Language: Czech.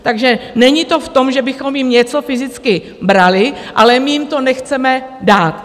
Takže není to v tom, že bychom jim něco fyzicky brali, ale my jim to nechceme dát.